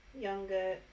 younger